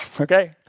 okay